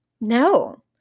No